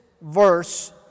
verse